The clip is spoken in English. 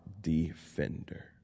defender